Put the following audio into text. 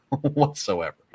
whatsoever